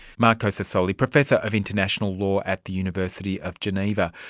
marco sassoli, professor of international law at the university of geneva.